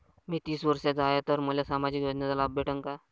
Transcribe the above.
मी तीस वर्षाचा हाय तर मले सामाजिक योजनेचा लाभ भेटन का?